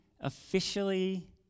officially